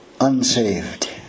unsaved